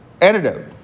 antidote